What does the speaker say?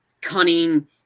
cunning